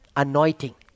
anointing